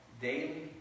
daily